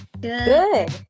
Good